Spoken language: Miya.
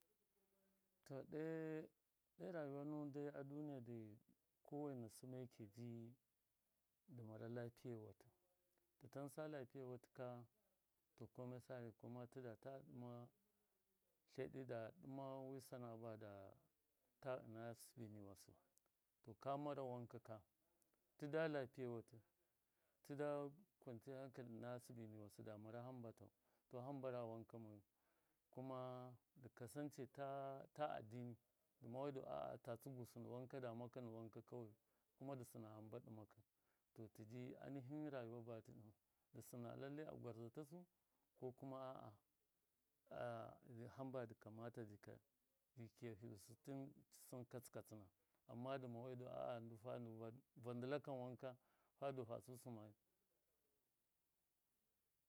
To ɗe rayuwa nuwɨn dai a duniya dai kowaina sɨmeki ji dɨ mara lapiye watɨ tɨtansa lapiye watɨ ka to komai kuma tɨdata ɗɨma tleɗi da ɗɨma wi sana. a bada ta ɨna sɨbɨ niwasɨ to ka mara wankaka tɨda lapiyewatɨ tɨda kwanciyan hankali ɨna sɨbɨ niwasɨ da mara hambau to ra waka moyu kuma ndɨ kasance ta addini dɨma wai du a. a ta tsɨgusɨndɨ wanka da maka ndɨ wanka kawai kuma dɨ sɨna hamba ɗɨmakɨ to tiji. ai nihin rayuwa baɗɨ sɨna lallai a gwardza tasu ko kuma a. a a hamba dɨ kamata dɨ kiyusu ti sɨn katsɨ katsɨna amma dɨma wai du a. a fa ndi vandɨlakam wanka fadu fasu sɨmayu.